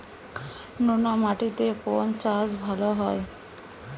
নোনা মাটিতে কোন চাষ ভালো হয়?